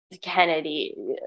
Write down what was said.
Kennedy